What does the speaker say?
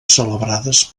celebrades